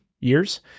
years